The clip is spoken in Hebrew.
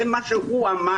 זה מה שהוא אמר: